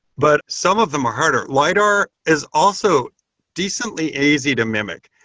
but some of them are harder. lidar is also decently easy to mimic.